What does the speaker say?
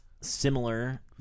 similar